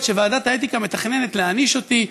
שוועדת האתיקה מתכננת להעניש אותי,